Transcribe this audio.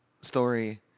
story